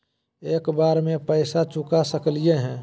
एक बार में पैसा चुका सकालिए है?